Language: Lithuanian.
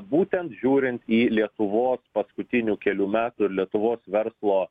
būtent žiūrint į lietuvos paskutinių kelių metų lietuvos verslo